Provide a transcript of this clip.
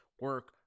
Work